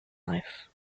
life